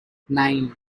nine